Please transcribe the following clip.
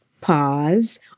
pause